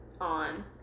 on